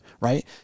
right